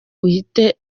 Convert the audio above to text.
uhite